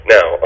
Now